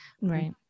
Right